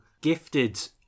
gifted